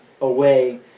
away